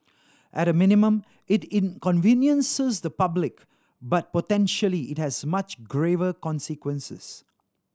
at a minimum it inconveniences the public but potentially it has much graver consequences